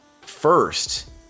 first